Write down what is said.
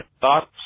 thoughts